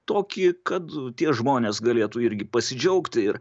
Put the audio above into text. tokį kad tie žmonės galėtų irgi pasidžiaugti ir